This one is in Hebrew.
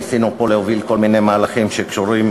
ניסינו פה להוביל כל מיני מהלכים שקשורים